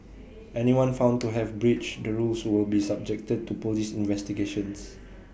anyone found to have breached the rules will be subjected to Police investigations